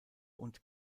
und